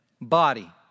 body